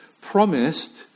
promised